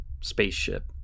spaceship